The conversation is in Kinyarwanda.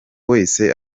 wese